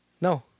No